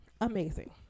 Amazing